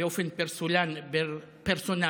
באופן פרסונלי,